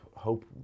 hope